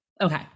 Okay